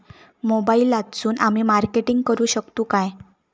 मोबाईलातसून आमी मार्केटिंग करूक शकतू काय?